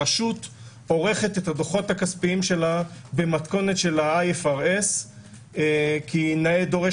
הרשות עורכת את הדוחות הכספיים שלה במתכונת IFRS כי נאה דורש